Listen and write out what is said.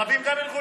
שהערבים גם הם ילכו